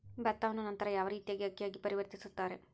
ಭತ್ತವನ್ನ ನಂತರ ಯಾವ ರೇತಿಯಾಗಿ ಅಕ್ಕಿಯಾಗಿ ಪರಿವರ್ತಿಸುತ್ತಾರೆ?